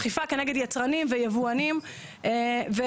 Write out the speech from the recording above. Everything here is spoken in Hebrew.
אכיפה כנגד יצרנים ויבואנים וכו'.